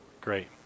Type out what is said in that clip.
Great